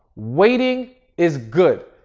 waiting is good.